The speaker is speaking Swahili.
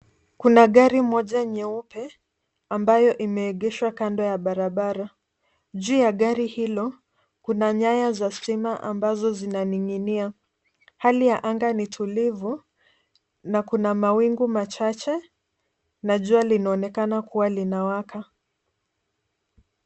Kuna gari moja nyeupe ambayo imeegeshwa kando ya barabara. Juu ya gari hilo, kuna nyaya za stima ambazo zinaning'inia. Hali ya anga ni tulivu na kuna mawingu machache na jua linaonekana kuwa linawaka.